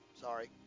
sorry